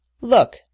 Look